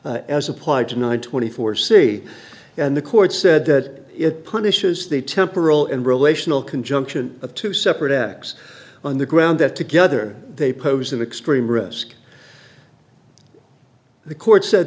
g as applied to nine twenty four c and the court said that it punishes the temporal and relational conjunction of two separate acts on the ground that together they pose an extreme risk the court said